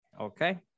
okay